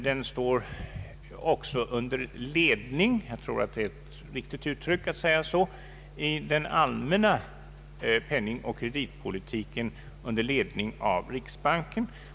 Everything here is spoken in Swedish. De står också i den allmänna penningoch kreditpolitiken under ledning — jag tror det är ett riktigt uttryck — av riksbanken.